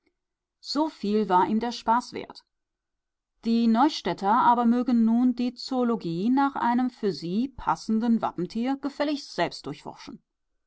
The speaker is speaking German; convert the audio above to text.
so viel war ihm der spaß wert die neustädter aber mögen nun die zoologie nach einem für sie passenden wappentier gefälligst selbst durchforschen